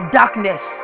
darkness